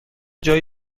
جایی